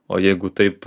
o jeigu taip